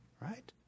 right